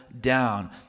down